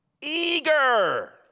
eager